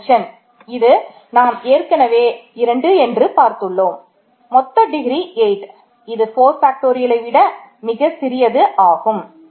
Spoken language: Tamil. எக்ஸ்டென்ஷன் விட மிகச் சிறியது ஆகும்